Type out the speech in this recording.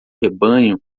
rebanho